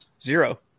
Zero